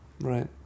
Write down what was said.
Right